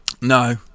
No